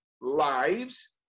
lives